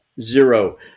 zero